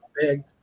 big